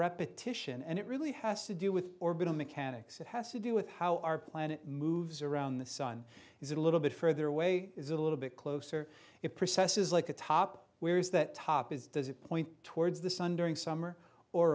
repetition and it really has to do with orbital mechanics it has to do with how our planet moves around the sun is a little bit further away is a little bit closer it processes like a top where is that top is does it point towards the sun during summer or